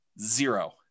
zero